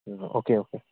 um okay okay